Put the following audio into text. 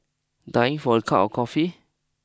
dying for a cup of coffee